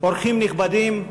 אורחים נכבדים,